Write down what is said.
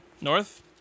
North